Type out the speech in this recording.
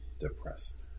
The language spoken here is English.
depressed